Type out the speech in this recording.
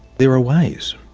there are ways,